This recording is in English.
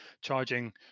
charging